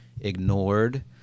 ignored